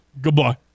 Goodbye